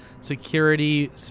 security